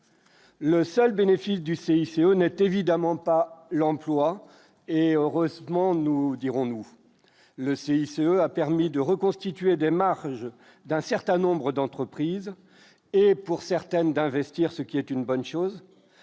Le seul bénéfice du CICE n'est évidemment pas l'emploi, et heureusement, nous dirons-nous, le CICE a permis de reconstituer des marges d'un certain nombre d'entreprises et, pour certaines d'investir, ce qui est une bonne chose,